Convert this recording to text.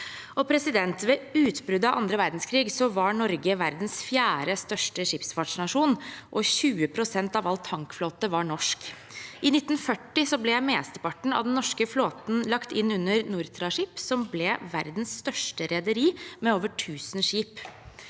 juli i år. Ved utbruddet av annen verdenskrig var Norge verdens fjerde største skipsfartsnasjon, og 20 pst. av all tankflåte var norsk. I 1940 ble mesteparten av den norske flåten lagt inn under Nortraship, som ble verdens største rederi, med over 1 000 skip.